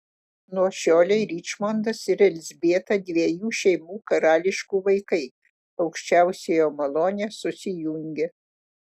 nuo šiolei ričmondas ir elzbieta dviejų šeimų karališkų vaikai aukščiausiojo malone susijungia